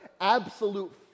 absolute